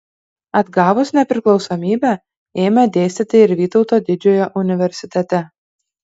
atgavus nepriklausomybę ėmė dėstyti ir vytauto didžiojo universitete